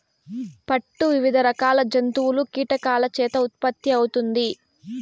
పట్టు వివిధ రకాల జంతువులు, కీటకాల చేత ఉత్పత్తి అవుతుంది